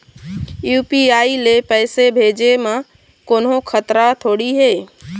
UPI ले पैसे भेजे म कोन्हो खतरा थोड़ी हे?